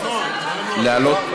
האופוזיציה להעלות?